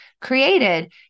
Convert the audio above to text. created